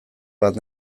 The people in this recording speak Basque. bat